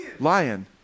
lion